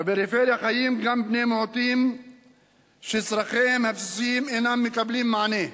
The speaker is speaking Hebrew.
בפריפריה חיים גם בני מיעוטים שצורכיהם הבסיסיים אינם מקבלים מענה.